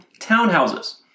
townhouses